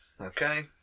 okay